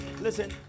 listen